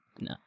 No